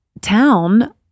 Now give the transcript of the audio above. town